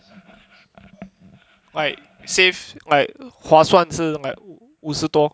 like save like 划算是 like 五十多